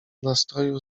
nastroju